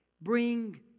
Bring